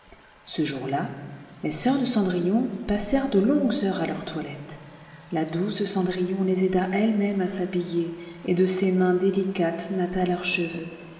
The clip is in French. ce jour-là les sœurs de gendrillon passèrent de longues heures à leur toilette la douce gendrillon les aida elle-même à s'habiller et de ses mains délicates natta leurs cheveux